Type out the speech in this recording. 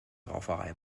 rauferei